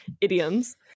idioms